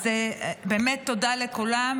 אז באמת תודה לכולם,